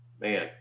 Man